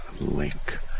link